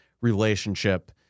relationship